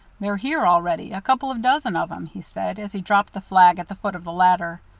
they're here already, a couple of dozen of em, he said, as he dropped the flag at the foot of the ladder.